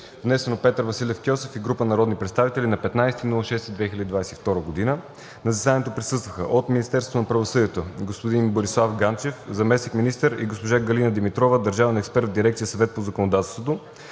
внесен от Петър Василев Кьосев и група народни представители на 15 юни 2022 г. На заседанието присъстваха: от Министерството на правосъдието: господин Борислав Ганчев – заместник-министър, и госпожа Галина Димитрова – държавен експерт в дирекция „Съвет по законодателството“,